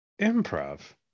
Improv